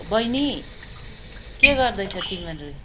बहिनी के गर्दैछ तिमीहरू